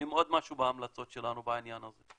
משהו בהמלצות שלנו בעניין הזה.